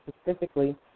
specifically